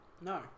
no